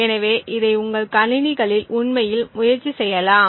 எனவே இதை உங்கள் கணிணிகளில் உண்மையில் முயற்சி செய்யலாம்